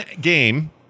game